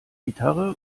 gitarre